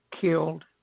killed